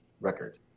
record